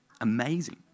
amazing